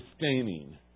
sustaining